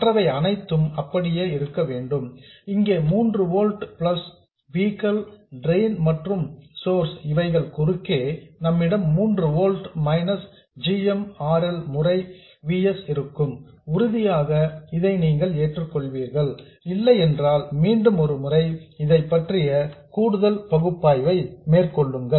மற்றவை அனைத்தும் அப்படியே இருக்க வேண்டும் இங்கே 3 ஓல்ட்ஸ் பிளஸ் V கள் ட்ரெயின் மற்றும் சோர்ஸ் இவைகள் குறுக்கே நம்மிடம் 3 volts minus g m R L முறை V s இருக்கும் உறுதியாக இதை நீங்கள் ஏற்றுக்கொள்வீர்கள் இல்லையென்றால் மீண்டும் ஒரு முறை இதைப்பற்றிய கூடுதல் பகுப்பாய்வை மேற்கொள்ளுங்கள்